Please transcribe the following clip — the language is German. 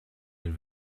den